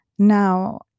now